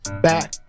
back